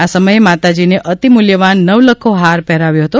આ સમયે માતાજીને અતિ મૂલ્યવાન નવલખો હાર પહેરાવ્યો હતો